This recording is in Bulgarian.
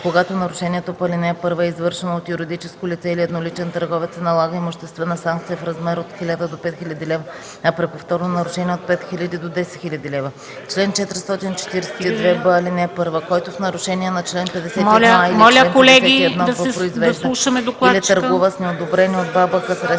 Когато нарушението по ал. 1 е извършено от юридическо лице или едноличен търговец, се налага имуществена санкция в размер от 1000 до 5000 лв., а при повторно нарушение – от 5000 до 10 000 лв. Чл. 442б. (1) Който, в нарушение на чл. 51а или чл. 51б, произвежда или търгува с неодобрени от БАБХ средства